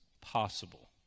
possible